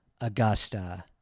Augusta